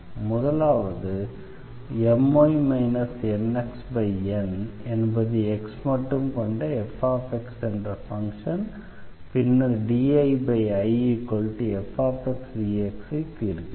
முதலாவது My NxN என்பது x மட்டும் கொண்ட fx என்ற ஃபங்ஷன் பின்னர் dIIfxdx தீர்க்கிறோம்